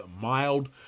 Mild